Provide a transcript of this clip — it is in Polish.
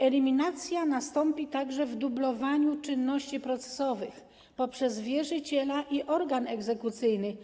Eliminacja nastąpi także w zakresie dublowania czynności procesowych przez wierzyciela i organ egzekucyjny.